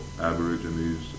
Aborigines